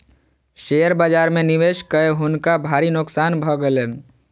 share बाजार में निवेश कय हुनका भारी नोकसान भ गेलैन